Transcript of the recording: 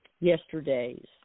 Yesterdays